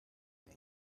said